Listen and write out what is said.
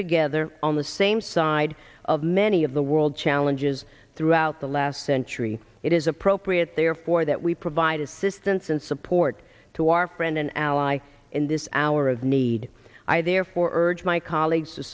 together on the same side of many of the world challenges throughout the last century it is appropriate therefore that we provide assistance and support to our friend and ally in this hour of need i therefore urge my colleagues to